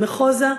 במחוזא,